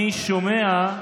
אני שומע,